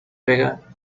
pega